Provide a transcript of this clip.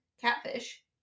catfish